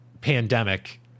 pandemic